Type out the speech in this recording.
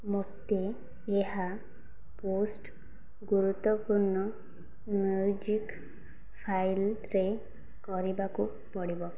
ମୋତେ ଏହା ପୋଷ୍ଟ ଗୁରୁତ୍ୱପୂର୍ଣ୍ଣ ମ୍ୟୁଜିକ୍ ଫାଇଲ୍ରେ କରିବାକୁ ପଡ଼ିବ